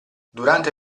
durante